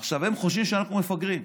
עכשיו, הם חושבים שאנחנו מפגרים,